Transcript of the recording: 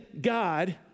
God